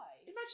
Imagine